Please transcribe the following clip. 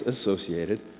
associated